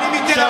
השר,